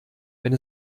wenn